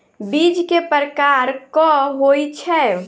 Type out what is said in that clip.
बीज केँ प्रकार कऽ होइ छै?